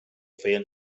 feien